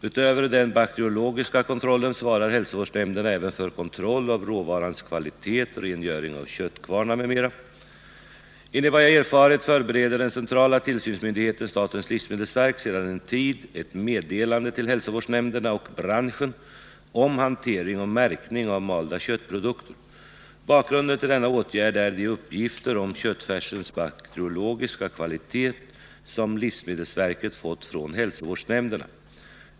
Utöver den bakteriologiska kontrollen svarar hälsovårdsnämnderna även för kontroll av råvarans kvalitet, rengöring av köttkvarnar, m.m. Enligt vad jag erfarit förbereder den centrala tillsynsmyndigheten — statens livsmedelsverk — sedan en tid ett meddelande till hälsovårdsnämnderna och branschen om hantering och märkning av malda köttprodukter. Bakgrunden till denna åtgärd är de uppgifter om köttfärsens bakteriologiska kvalitet som livsmedelsverket fått från hälsovårdsnämnderna.